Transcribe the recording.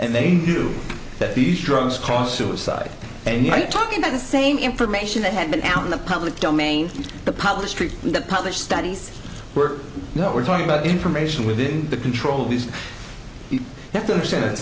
and they knew that these drugs cost suicide and you're talking about the same information that had been out in the public domain the public street the published studies were you know we're talking about the information within the control of these you have to understand